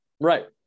Right